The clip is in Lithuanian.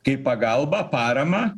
kaip pagalbą paramą